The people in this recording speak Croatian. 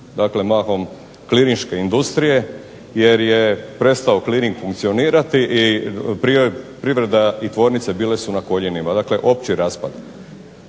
Dakle, mahom klirinške industrije, jer je prestao kliring funkcionirati i privreda i tvornice bile su na koljenima. Dakle, opći raspad.